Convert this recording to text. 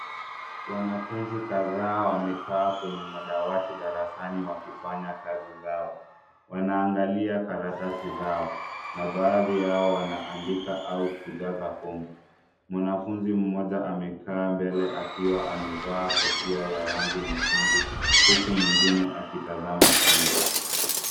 Wanafunzi kadhaa wamekaa kwenye madawati darasani wakifanya kazi zao. Wanaangalia karatasi zao na baadhi yao wanaandika au kujaza fomu. Mwanafunzi mmoja amekaa mbele akiwa amevaa kofia ya rangi nyekundu huku mwingine akitazama chini.